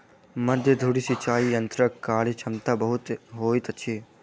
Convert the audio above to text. मध्य धुरी सिचाई यंत्रक कार्यक्षमता बहुत होइत अछि